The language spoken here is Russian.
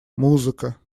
музыка